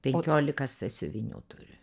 penkiolika sąsiuvinių turiu